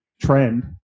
trend